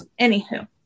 Anywho